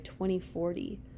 2040